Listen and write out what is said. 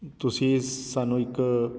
ਤੁਸੀਂ ਸ ਸਾਨੂੰ ਇੱਕ